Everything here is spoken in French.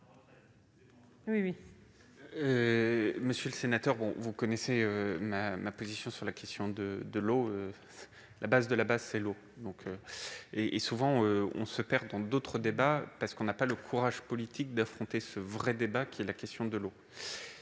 Monsieur le sénateur, vous connaissez ma position sur la question de l'eau : la base de la base, c'est l'eau. Souvent, on se perd dans d'autres débats, faute de courage politique pour affronter le vrai débat de fond, qui est la question de l'eau.